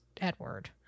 Edward